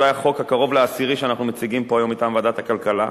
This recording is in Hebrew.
אולי החוק הקרוב לעשירי שאנחנו מציגים פה היום מטעם ועדת הכלכלה,